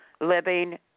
living